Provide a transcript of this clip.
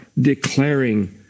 declaring